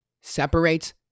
separates